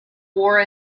wore